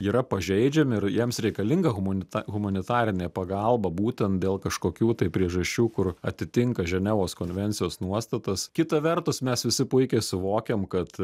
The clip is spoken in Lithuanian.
yra pažeidžiami ir jiems reikalinga humanita humanitarinė pagalba būtent dėl kažkokių tai priežasčių kur atitinka ženevos konvencijos nuostatas kita vertus mes visi puikiai suvokiam kad